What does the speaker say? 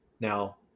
Now